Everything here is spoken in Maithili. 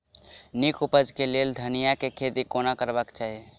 नीक उपज केँ लेल धनिया केँ खेती कोना करबाक चाहि?